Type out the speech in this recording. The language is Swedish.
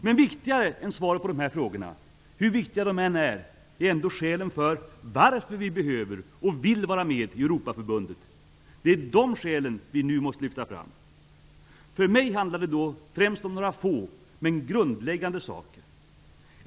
Men viktigare än svaret på dessa frågor -- hur viktiga de än är -- är ändå skälen för att vi behöver och vill vara med i Europaförbundet. Det är de skälen vi nu måste lyfta fram. För mig handlar det då främst om några få, men grundläggande, saker.